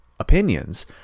Opinions